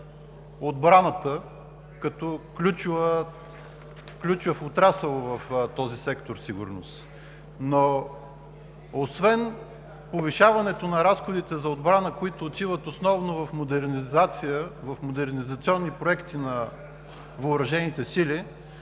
отбраната като ключов отрасъл в този сектор „Сигурност“. Освен повишаването на разходите за отбрана, които отиват основно в модернизация, в модернизационни проекти на въоръжените сили,